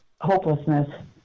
hopelessness